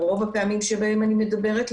רוב הפעמים שבהם אני מדברת.